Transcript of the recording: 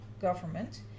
government